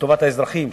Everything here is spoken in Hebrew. לטובת האזרחים,